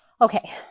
Okay